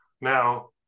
Now